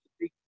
big